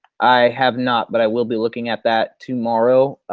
i have not but i will be looking at that tomorrow.